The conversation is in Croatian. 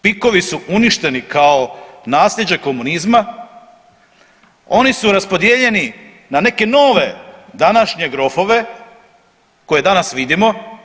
PIK-ovi su uništeni kao nasljeđe komunizma, oni su raspodijeljeni na neke nove današnje grofove koje danas vidimo.